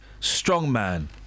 strongman